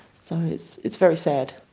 so it's it's very sad.